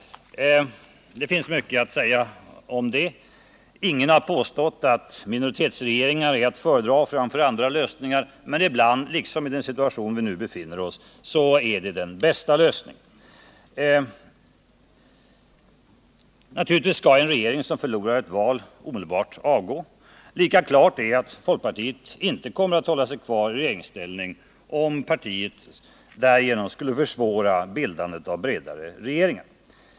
Det finns mycket att säga om det. Ingen har påstått att minoritetsregeringar är att föredra framför andra lösningar, men ibland —-liksom i den situation vi nu befinner oss i —- är det den bästa lösningen. Naturligtvis skall en regering som förlorar ett val omedelbart avgå. Lika klart är att folkpartiet inte kommer att hålla sig kvar i regeringsställning om partiet därigenom skulle försvåra bildandet av bredare regeringar.